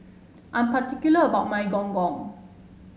I'm particular about my Gong Gong